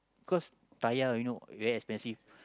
cause tire you know very expensive